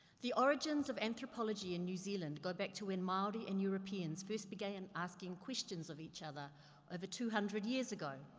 the origins of anthropology in new zealand go back to when maori and europeans first began asking questions of eachother over two hundred years ago.